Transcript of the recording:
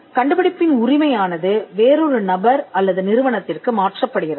கண்டுபிடிப்பின் உரிமையானது வேறொரு நபர் அல்லது நிறுவனத்திற்கு மாற்றப்படுகிறது